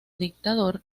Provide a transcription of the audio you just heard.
dictador